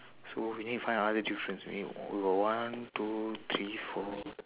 so we need to find other difference eh we got one two three four